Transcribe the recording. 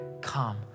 come